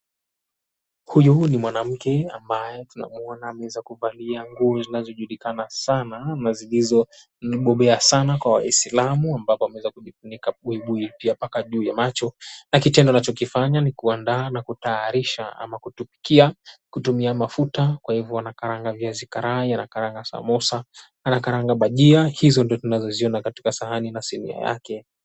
Huyu ni mwanamke ambaye tunamuona ameweza kuvalia nguo zinazojulikana sana na zilizo ni bobea sana kwa Waislamu ambapo ameweza kujifunika buibui pia mpaka juu ya macho. Na kitendo anachokifanya ni kuandaa na kutayarisha ama kutupikia kutumia mafuta. Kwa hivyo anakaranga viazi karai, anakaranga samosa, anakaranga bajia. Hizo ndio tunazoziona katika sahani na sinia yake.